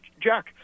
Jack